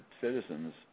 citizens